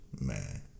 man